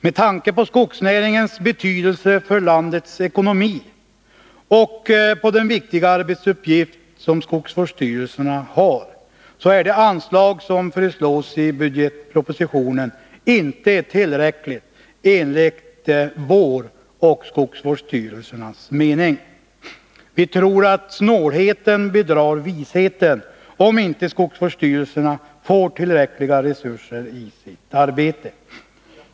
Med tanke på skogsnäringens betydelse för landets ekonomi och på den viktiga arbetsuppgift som skogsvårdsstyrelserna har är det anslag som föreslås i budgetpropositionen inte tillräckligt, enligt vår och skogsvårdsstyrelsernas mening. Vi tror att snålheten bedrar visheten om skogsvårdsstyrelserna inte får tillräckliga resurser i sitt arbete.